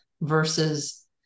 versus